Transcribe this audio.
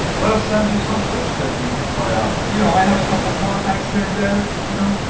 let us send you some bullshit that you can try out you know, i have a couple of contacts here and there, you know?